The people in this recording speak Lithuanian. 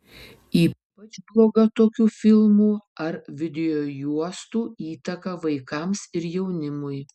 ypač bloga tokių filmų ar videojuostų įtaka vaikams ir jaunimui